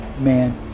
man